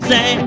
Say